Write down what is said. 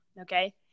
okay